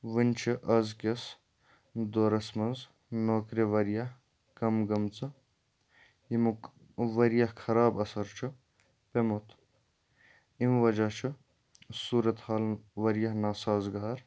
وۄنۍ چھِ آزکِس دورَس منٛز نوکری واریاہ کم گٔمژٕ ییٚمیُک واریاہ خراب اَثر چھُ پیوٚمُت امہِ وَجہ چھُ صورت حال واریاہ ناسازگار